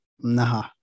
nah